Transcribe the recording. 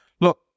Look